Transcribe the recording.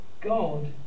God